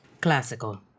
Classical